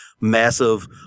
massive